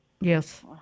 Yes